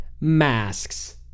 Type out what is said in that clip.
masks